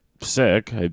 sick